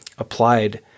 Applied